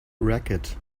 racket